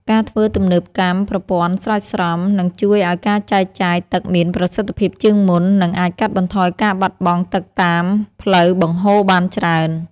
ការធ្វើទំនើបកម្មប្រព័ន្ធស្រោចស្រពនឹងជួយឱ្យការចែកចាយទឹកមានប្រសិទ្ធភាពជាងមុន និងអាចកាត់បន្ថយការបាត់បង់ទឹកតាមផ្លូវបង្ហូរបានច្រើន។